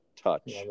Touch